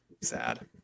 Sad